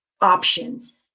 options